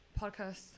podcast